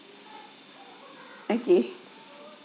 I'd say